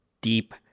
deep